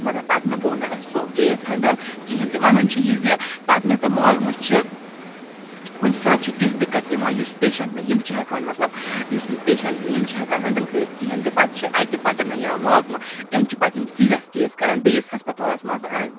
مَگَر پَٹنہٕ گوٚو نہٕ اَسہِ سُہ کیس ہیٚنڈل کِہیٖنٛۍ تہِ وَنُن چھُ یہِ زِ پَٹنہٕ تہٕ ماگمہٕ چھِ کُنہِ ساتہِ چھِ تِژھ دِقعت یِوان یُس پیشَنٹ نہٕ یِم چھِ ہیٚکان مَطلَب یُس پیشَنٹ نہٕ یِم چھِ ہیٚکان ہیٚنڈل کٔرِتھ کِہیٖنٛۍ پَتہٕ چھِ اَتہِ پَٹنہٕ یا ماگمہٕ یِم چھِ پَتہِ یِم سیٖریَس کیس کَران بیٚیِس ہَسپَتالَس مَنٛز